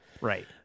Right